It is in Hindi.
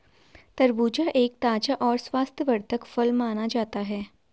खरबूजा एक ताज़ा और स्वास्थ्यवर्धक फल माना जाता है